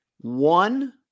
one –